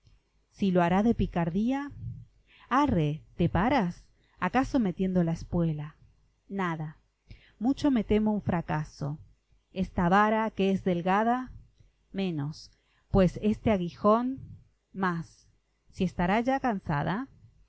si lo hará de picardía arre te paras acaso metiendo la espuela nada mucho me temo un fracaso esta vara que es delgada menos pues este aguijón mas si estará ya cansada